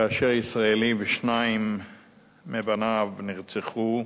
כאשר ישראלי ושניים מבניו נרצחו.